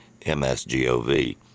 MSGOV